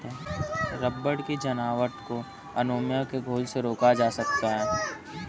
rubber की जमावट को अमोनिया के घोल से रोका जा सकता है